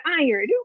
iron